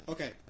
Okay